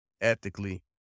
ethically